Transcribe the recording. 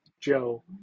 Joe